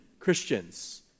Christians